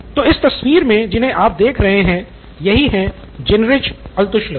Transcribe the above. तो इस तस्वीर मे जिन्हे आप देख रहे हैं यही है जेनरिच अल्त्शुलर